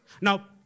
Now